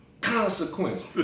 Consequence